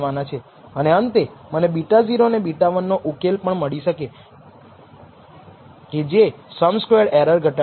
અને અંતે મને β0 અને β1 નો ઉકેલ પણ મળી જશે કે જે સમ સ્ક્વેર્ડ એરર ઘટાડે